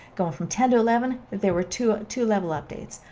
going from ten to eleven there were two two level updates.